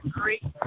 great